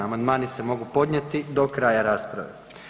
Amandmani se mogu podnijeti do kraja rasprave.